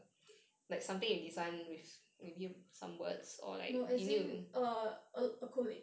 no as in a a collage